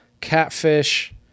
Catfish